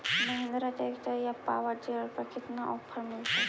Mahindra tractor या power dealer पर कितना ओफर मीलेतय?